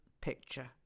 Picture